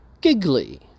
giggly